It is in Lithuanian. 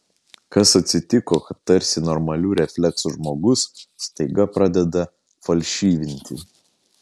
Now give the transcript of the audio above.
kas atsitiko kad tarsi normalių refleksų žmogus staiga pradeda falšyvinti